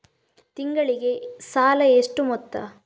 ತಿಂಗಳಿಗೆ ಸಾಲ ಎಷ್ಟು ಮೊತ್ತ?